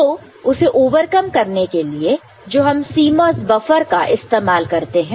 तो उसे ओवरकम करने के लिए जो हम CMOS बफर का इस्तेमाल करते हैं